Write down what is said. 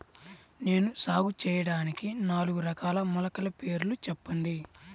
నేను సాగు చేయటానికి నాలుగు రకాల మొలకల పేర్లు చెప్పండి?